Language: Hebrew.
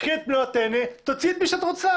קחי את מלוא הטנא ותוציאי את מי שאת רוצה.